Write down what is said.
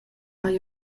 hai